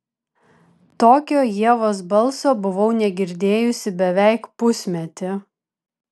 tokio ievos balso buvau negirdėjusi beveik pusmetį